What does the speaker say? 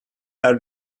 are